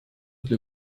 для